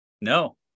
No